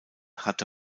hatte